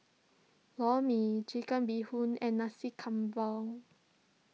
Lor Mee Chicken Bee Hoon and Nasi Campur